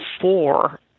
four